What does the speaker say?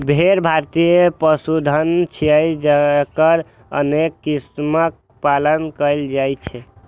भेड़ भारतीय पशुधन छियै, जकर अनेक किस्मक पालन कैल जाइ छै